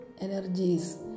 energies